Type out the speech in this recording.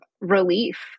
relief